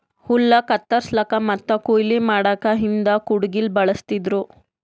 ಹುಲ್ಲ್ ಕತ್ತರಸಕ್ಕ್ ಮತ್ತ್ ಕೊಯ್ಲಿ ಮಾಡಕ್ಕ್ ಹಿಂದ್ ಕುಡ್ಗಿಲ್ ಬಳಸ್ತಿದ್ರು